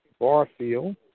Barfield